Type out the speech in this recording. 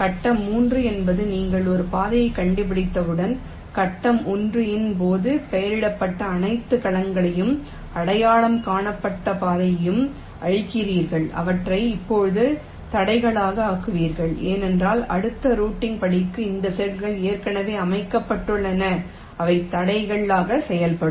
கட்டம் 3 என்பது நீங்கள் ஒரு பாதையை கண்டுபிடித்தவுடன் கட்டம் 1 இன் போது பெயரிடப்பட்ட அனைத்து கலங்களையும் அடையாளம் காணப்பட்ட பாதையையும் அழிக்கிறீர்கள் அவற்றை இப்போது தடைகளாக ஆக்குகிறீர்கள் ஏனென்றால் அடுத்த ரூட்டிங் படிக்கு இந்த செல்கள் ஏற்கனவே அமைக்கப்பட்டுள்ளன அவை தடைகளாக செயல்படும்